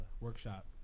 workshop